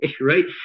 Right